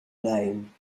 name